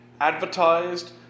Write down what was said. advertised